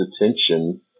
attention